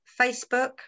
Facebook